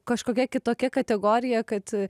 kažkokia kitokia kategorija kad